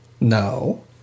No